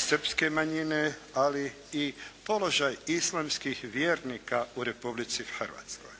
srpske manjine ali i položaj islamskih vjernika u Republici Hrvatskoj.